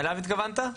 בבקשה.